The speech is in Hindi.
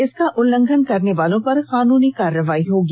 इसका उल्लंघन करने वालों पर कानूनी कार्रवाई होगी